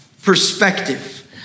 Perspective